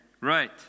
Right